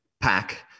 pack